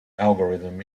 algorithm